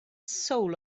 soul